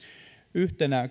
yhtenä